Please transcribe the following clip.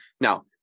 Now